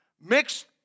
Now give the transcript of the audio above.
mixed